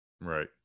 Right